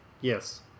Yes